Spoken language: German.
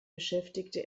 beschäftigte